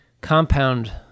compound